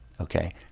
okay